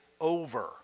over